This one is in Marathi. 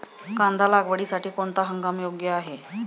कांदा लागवडीसाठी कोणता हंगाम योग्य आहे?